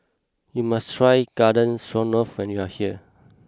you must try Garden Stroganoff when you are here